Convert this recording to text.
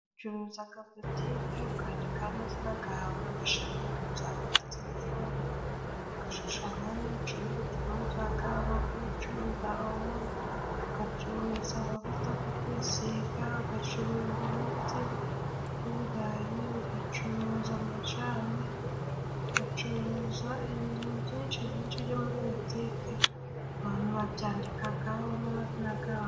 Ucuruzaga bolitike ukandikaho amazina gawe, ugashyiraho na nimero zawe za telefone, ugashushanyaho n'ibicuruzwa ucuruzaga nko kuba ucuruza omo, ugacuruza amavuta go kwisiga, ugacuruza umuti gw'ibirayi, ugacuruza amajani, ugacuruza ibintu byinshi byinshi byo muri butike, abantu babyandikagaho n'amazina gabo.